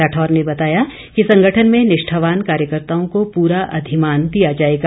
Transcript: राठौर ने बताया कि संगठन में निष्ठावान कार्यकर्ताओं को पूरा अधिमान दिया जाएगा